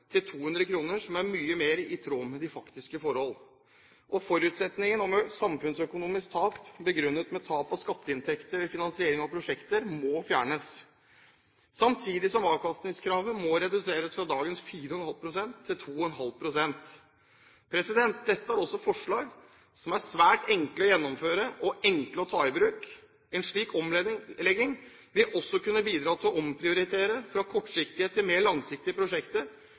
til 200 kr, som er mye mer i tråd med de faktiske forholdene, og forutsetningene om samfunnsøkonomiske tap begrunnet med tap av skatteinntekter ved finansiering av prosjekter må fjernes, samtidig som avkastningskravet må reduseres fra dagens 4,5 pst. til 2,5 pst. Dette er også forslag som er svært enkle å gjennomføre og enkle å ta i bruk. En slik omlegging vil også kunne bidra til å omprioritere fra kortsiktige til mer langsiktige prosjekter,